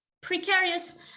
precarious